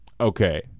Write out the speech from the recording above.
okay